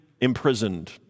imprisoned